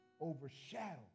overshadow